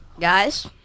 guys